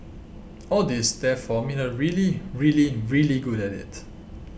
all this therefore made her really really really good at it